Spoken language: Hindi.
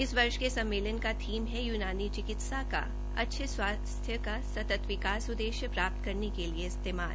इस वर्ष के सम्मेलन का थीम है यूनानी चिकित्सा का अच्छे स्वास्थ्य का सतत विकास उद्देश्य प्राप्त् करने के लिए इस्तेमाल